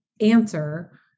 answer